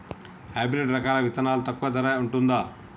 Hybrid రకాల విత్తనాలు తక్కువ ధర ఉంటుందా?